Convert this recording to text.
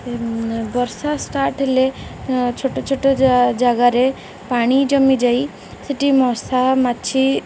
ବର୍ଷା ଷ୍ଟାର୍ଟ ହେଲେ ଛୋଟ ଛୋଟ ଜାଗାରେ ପାଣି ଜମିଯାଇ ସେଠି ମଶା ମାଛି